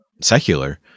secular